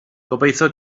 gobeithio